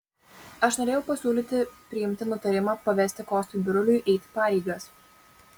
aš norėjau pasiūlyti priimti nutarimą pavesti kostui biruliui eiti pareigas